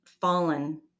fallen